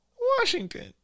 Washington